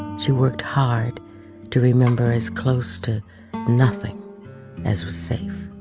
she worked hard to remember as close to nothing as we say.